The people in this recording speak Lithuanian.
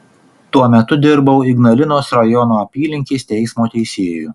tuo metu dirbau ignalinos rajono apylinkės teismo teisėju